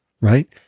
right